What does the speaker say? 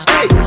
Hey